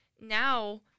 Now